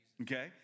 Okay